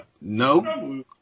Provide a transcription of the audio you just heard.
No